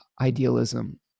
Idealism